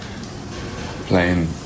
playing